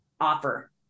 offer